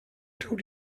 told